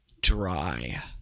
dry